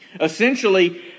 Essentially